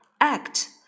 Act